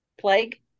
plague